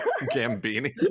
Gambini